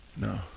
no